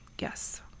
yes